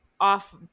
off